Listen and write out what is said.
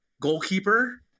goalkeeper